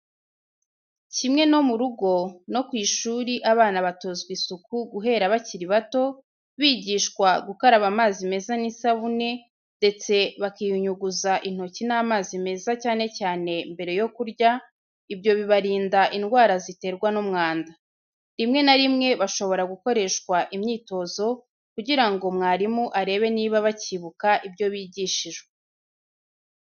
Kimwe no mu rugo, no ku ishuri abana batozwa isuku guhera bakiri bato, bigishwa gukaraba amazi meza n'isabune, ndetse bakiyunyuguza intoki n'amazi meza cyane cyane mbere yo kurya, ibyo bibarinda indwara ziterwa n'umwanda. Rimwe na rimwe bashobora gukoreshwa imyitozo kugira ngo mwarimu arebe niba bakibuka ibyo bigishijwe.